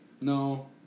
no